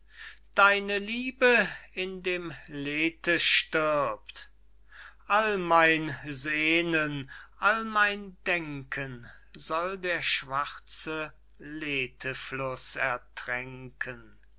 deine liebe in dem lethe stirbt all mein sehnen all mein denken soll der schwarze lethefluß ertränken